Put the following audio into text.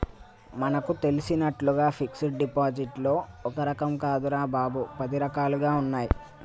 మనకు తెలిసినట్లుగా ఫిక్సడ్ డిపాజిట్లో ఒక్క రకం కాదురా బాబూ, పది రకాలుగా ఉన్నాయి